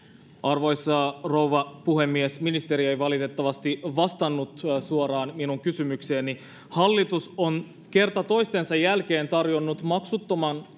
arvoisa rouva puhemies ministeri ei valitettavasti vastannut suoraan suoraan minun kysymykseeni hallitus on kerta toisensa jälkeen tarjonnut maksuttoman